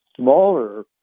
Smaller